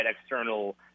external